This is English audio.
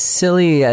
silly